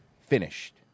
finished